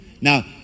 Now